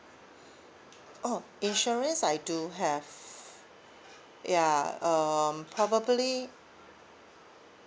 oh insurance I do have ya um probably